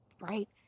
right